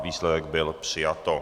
Výsledek byl přijato.